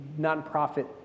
nonprofit